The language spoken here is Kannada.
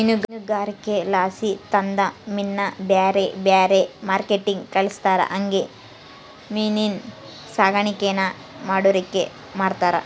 ಮೀನುಗಾರಿಕೆಲಾಸಿ ತಂದ ಮೀನ್ನ ಬ್ಯಾರೆ ಬ್ಯಾರೆ ಮಾರ್ಕೆಟ್ಟಿಗೆ ಕಳಿಸ್ತಾರ ಹಂಗೆ ಮೀನಿನ್ ಸಾಕಾಣಿಕೇನ ಮಾಡೋರಿಗೆ ಮಾರ್ತಾರ